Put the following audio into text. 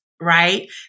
right